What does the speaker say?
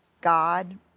God